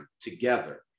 together